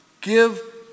Give